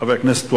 חבר הכנסת והבה,